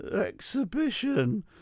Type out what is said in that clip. exhibition